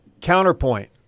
Counterpoint